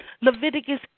Leviticus